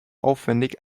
aufwendig